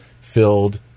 filled